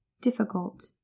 difficult